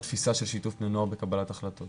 תפיסה של שיתוף בני נוער בקבלת החלטות